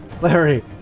Larry